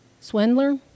swindler